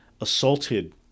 assaulted